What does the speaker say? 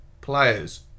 players